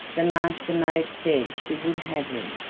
the master-maid said she would have him,